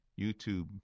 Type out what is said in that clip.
YouTube